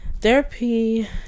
therapy